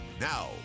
now